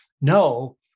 no